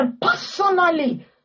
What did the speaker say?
personally